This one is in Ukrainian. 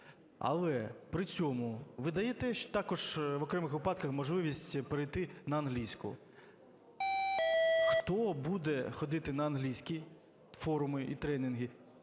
Але при цьому ви даєте також, в окремих випадках, можливість перейти на англійську. Хто буде ходити на англійські форуми і тренінги,